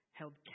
held